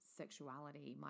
sexuality